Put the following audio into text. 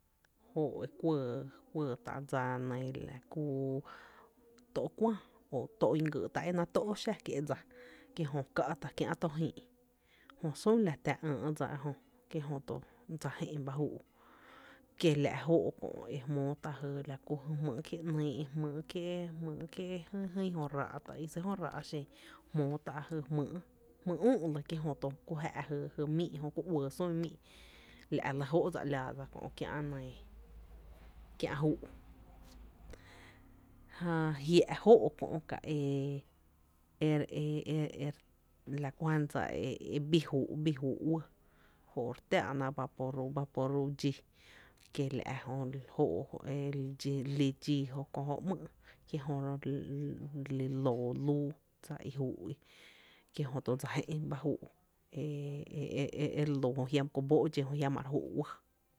jÓÓ’ e kuɇɇ tá’ dsa nɇɇ la ku tó’ kuää o tó’ ñi gyy’ e náá’ tó’ xa kie’ dsa kiejö ká’tá’ kiä´to Jii’ KIE’ JÖ la tⱥ ÿÿ’ dsa ejö kie’ jö to dsa jé’n ba juu’ kiela’ jóó’ kö’ ejmóó tá la jy jmýý’ kié’ ‘nyy’, jmý’ kié’ jym jö ráá’ ta í jö ráá’ xen jmoo tá’ jmýý’ üü’ lɇ ki jö ku jⱥ´jy mii’, ki jö ku uɇɇ sún míí’ la’ re lɇ jóó’ dsa ‘lala dsa kö’ kiä’ nɇɇ kiä’ júú’ jä e nɇɇ jia’ jóó’ kö’ e e ere la ku jan dsa i bii júú’ uɇɇ jó’ re tⱥⱥ’ ná vaporub dxii kiela’ jö jó’ e re lí dxii kö jó ‘mýý’ kiela’ jö re loo lúú dsa i júú’ i kie’ jöto dse jé’n ba júú’ e e re loo e jiama ku boo’ dxi jö jiama re jú’ uɇɇ.